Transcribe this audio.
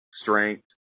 strength